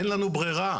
אין לנו ברירה.